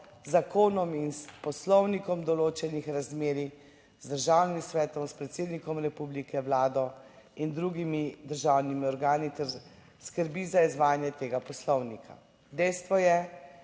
zakonom in s Poslovnikom, določenih razmerij z državnim svetom, s predsednikom republike, Vlado in drugimi državnimi organi ter skrbi za izvajanje tega Poslovnika. Dejstvo je,